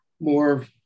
More